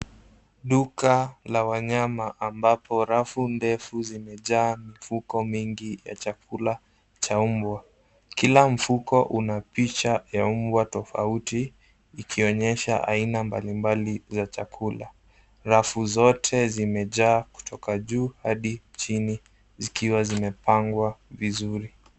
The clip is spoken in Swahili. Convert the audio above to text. Duka la wanyama ambapo rafu ndefu zimejaa mifuko mingi ya chakula cha mbwa. Kila mfuko una picha ya mbwa tofauti ikionyesha aina mbalimbali za chakula. Rafu zote zimejaa kutoka juu hadi chini zikiwa zimepangwa vizuri.